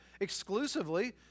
exclusively